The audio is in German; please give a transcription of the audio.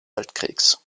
weltkriegs